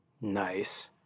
Nice